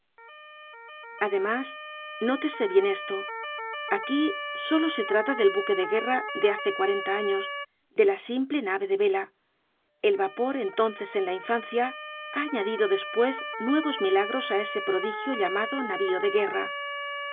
además nótese bien esto aquí solo se trata del buque de guerra de hace cuarenta años de la simple nave devela el vapor entonces en la infancia ha añadido despues nuevos milagros á ese prodigio llamado navio de guerra